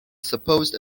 supposed